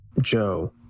Joe